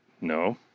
No